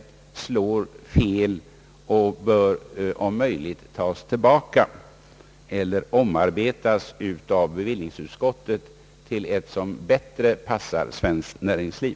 Det slår fel och det bör om möjligt tas tillbaka eller omarbetas av bevillningsutskottet för att bättre passa svenskt näringsliv.